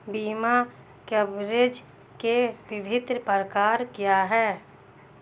बीमा कवरेज के विभिन्न प्रकार क्या हैं?